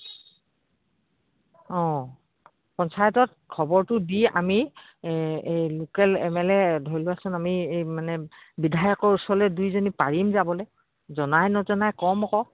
অঁ পঞ্চায়তত খবৰটো দি আমি এই লোকেল এম এল এ ধৰি লোৱাচোন আমি এই মানে বিধায়কৰ ওচৰলে দুইজনী পাৰিম যাবলে জনাই নজনাই কম আকৌ